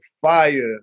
fire